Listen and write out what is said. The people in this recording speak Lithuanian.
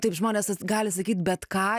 taip žmonės gali sakyt bet ką